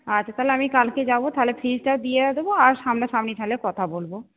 আচ্ছা তাহলে আমি কালকে যাবো তাহলে ফিসটাও দিয়ে দেব আর সামনা সামনি তাহলে কথা বলব